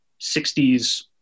60s